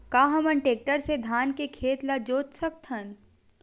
का हमन टेक्टर से धान के खेत ल जोत सकथन?